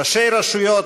ראשי רשויות,